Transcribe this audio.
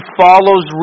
follows